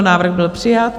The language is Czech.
Návrh byl přijat.